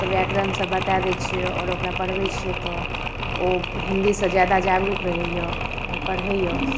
तऽ व्याकरणसब बता दै छिए ओकरा पढ़बै छिए तऽ ओ हिन्दीसँ जादा जागरूक रहैए आओर पढ़ैए